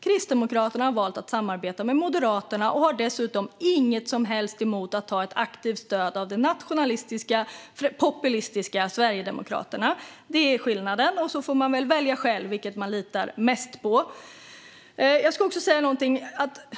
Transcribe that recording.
Kristdemokraterna har valt att samarbeta med Moderaterna och har dessutom inget som helst emot att ta ett aktivt stöd av det nationalistiska och populistiska partiet Sverigedemokraterna. Detta är skillnaden - man får väl själv välja vilket man litar mest på.